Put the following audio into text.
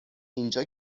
اینجا